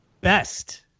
Best